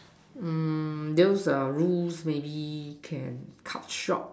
mm those err rules maybe can cut short